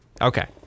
Okay